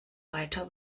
weiter